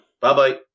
Bye-bye